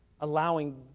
allowing